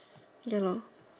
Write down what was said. ya lor